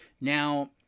Now